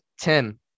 Tim